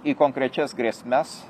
į konkrečias grėsmes